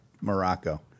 Morocco